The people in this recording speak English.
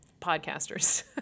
podcasters